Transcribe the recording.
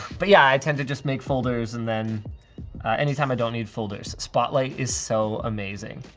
but yeah, i tend to just make folders and then anytime i don't need folders, spotlight is so amazing.